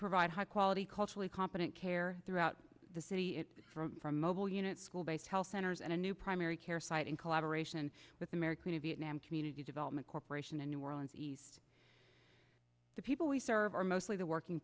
provide high quality culturally competent care throughout the city from mobile unit school based health centers and a new primary care site in collaboration with america viet nam community development corporation in new orleans east the people we serve are mostly the working